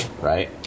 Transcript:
right